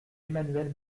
emmanuelle